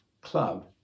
club